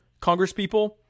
congresspeople